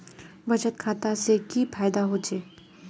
बचत खाता से की फायदा होचे?